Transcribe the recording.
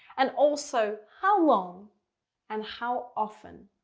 and also how long and how often.